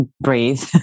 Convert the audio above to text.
breathe